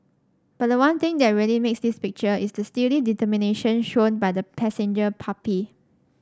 but the one thing that really makes this picture is the steely determination shown by the passenger puppy